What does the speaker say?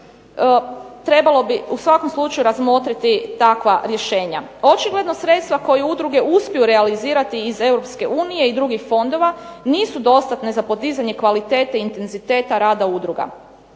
trebalo bi u svakom slučaju razmotriti takva rješenja. Očigledno sredstva koja udruge uspiju realizirati iz Europske unije i drugih fondova nisu dostatne za podizanje kvalitete intenziteta rada udruga.